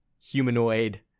humanoid